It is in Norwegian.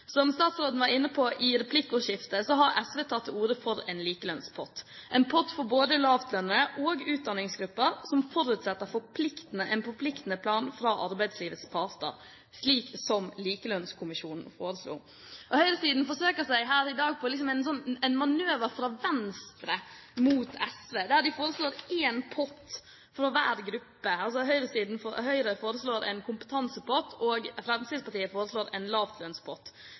Som statsråden var inne på i replikkordskiftet, har SV tatt til orde for en likelønnspott – en pott for både lavtlønnete og utdanningsgrupper – som forutsetter en forpliktende plan fra arbeidslivets parter, slik som Likelønnskommisjonen foreslo. Høyresiden forsøker seg her i dag med en manøver fra venstre mot SV. De foreslår en pott fra hver gruppe – Høyre foreslår en kompetansepott, og Fremskrittspartiet foreslår en